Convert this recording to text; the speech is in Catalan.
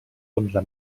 onze